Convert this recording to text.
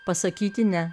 pasakyti ne